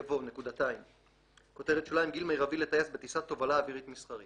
יבוא: "גיל מרבי לטייס בטיסת תובלה אווירית מסחרית